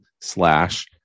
slash